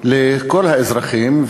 לכל האזרחים,